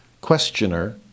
questioner